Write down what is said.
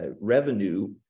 revenue